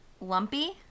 Lumpy